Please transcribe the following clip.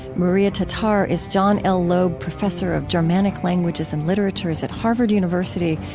maria tatar is john l. loeb professor of germanic languages and literatures at harvard university,